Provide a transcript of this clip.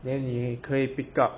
then 你也可以 pick up